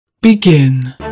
Begin